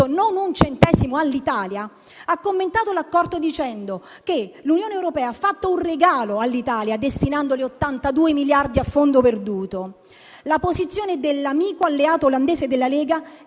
La posizione dell'amico alleato olandese della Lega è tra le prove più evidenti del successo ottenuto dal Governo e della convulsa propaganda del principale partito di opposizione.